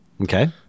Okay